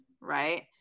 right